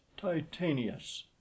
titanius